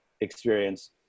experience